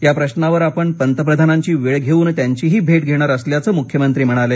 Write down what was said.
या प्रशावर आपण पंतप्रधानांची वेळ घेऊन त्यांचीही भेट घेणार असल्याचं मुख्यमंत्री म्हणाले